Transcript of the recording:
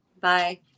Bye